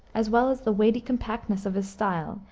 as well as the weighty compactness of his style,